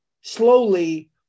slowly